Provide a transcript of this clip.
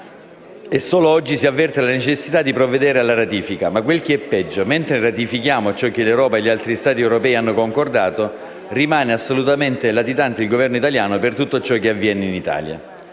e solo oggi si avverte la necessità di provvedere alla ratifica. Ma quel che è peggio è che, mentre ratifichiamo ciò che l'Europa e gli altri Stati europei hanno concordato, rimane assolutamente latitante il Governo italiano per tutto ciò che avviene in Italia.